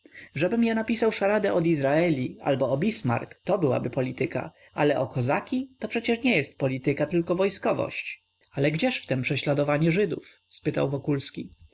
żebym ja napisał szaradę o dizraeli albo o bismarck to byłaby polityka ale o kozaki to przecie nie jest polityka tylko wojskowość ale gdzież w tem prześladowanie żydów spytał